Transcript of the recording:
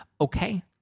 Okay